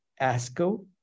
ASCO